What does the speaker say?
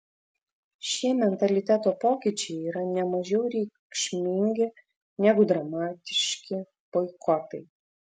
šie mentaliteto pokyčiai yra ne mažiau reikšmingi negu dramatiški boikotai